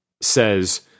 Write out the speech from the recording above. says